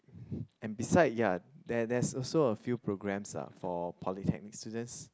and beside ya there there's also a few programmes are for polytechnic students